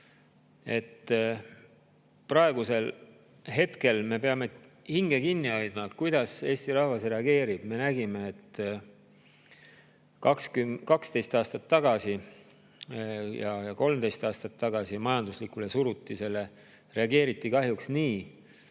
praegusel hetkel me peame hinge kinni hoidma, kuidas Eesti rahvas reageerib. Me nägime, et 12–13 aastat tagasi majanduslikule surutisele reageeriti kahjuks nii,